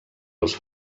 als